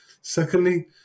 Secondly